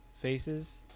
faces